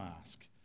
ask